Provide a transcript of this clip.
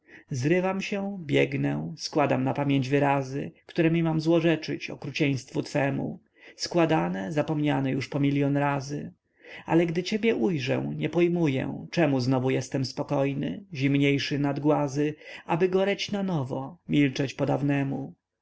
zrywam się biegnę składam na pamięć wyrazy któremi mam złorzeczyć okrucieństwu twemu składane zapomniane już po milion razy ale gdy ciebie ujrzę nie pojmuję czemu znowu jestem spokojny zimniejszy nad głazy aby goreć nanowo milczeć podawnemu